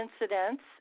incidents